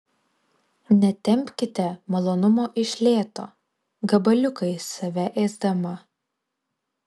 netempkite malonumo iš lėto gabaliukais save ėsdama